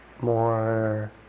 more